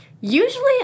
Usually